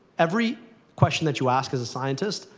every question that you ask as a scientist,